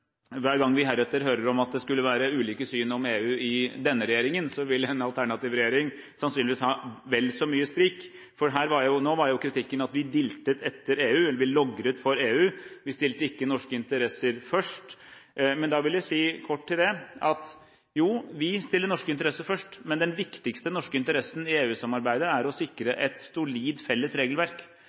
det skulle være ulike syn på EU i denne regjeringen, at en alternativ regjering sannsynligvis vil ha vel så mye sprik. Nå var kritikken at vi diltet etter EU, vi logret for EU, og vi stilte ikke norske interesser først. Da vil jeg kort si til det at vi stiller norske interesser først, men den viktigste norske interessen i EU-samarbeidet er å sikre et solid felles regelverk.